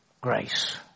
grace